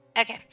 Okay